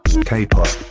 K-pop